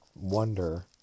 wonder